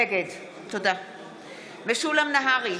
נגד משולם נהרי,